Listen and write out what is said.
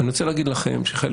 אני רוצה להגיד לכם שחלק